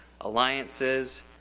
alliances